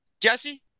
Jesse